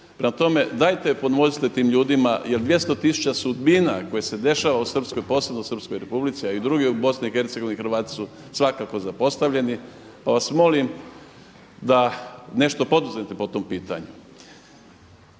Prema tome, dajte pomozite tim ljudima jer 200 tisuća sudbina koje se dešava u srpskoj, posebno u srpskoj republici a i drugi u Bosni i Hercegovini Hrvati su svakako zapostavljeni. Pa vas molim da nešto poduzmete po tom pitanju.